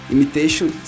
Imitation